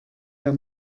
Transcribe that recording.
der